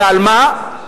ועל מה?